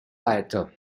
weiter